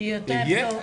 היום אני